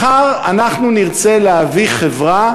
מחר אנחנו נרצה להביא חברה